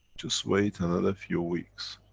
just wait another few weeks,